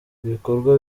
ibikorwa